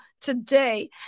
today